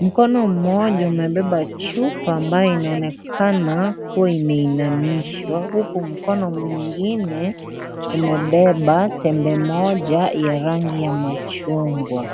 Mkono mmoja, umebeba chupa ambayo inaonekana kuwa umeinamishwa, huku mkono mwingine, umebeba tembe moja ya rangi ya machungwa.